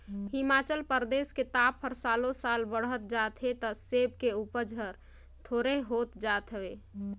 हिमाचल परदेस के ताप हर सालो साल बड़हत जात हे त सेब के उपज हर थोंरेह होत जात हवे